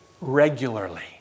regularly